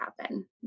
happen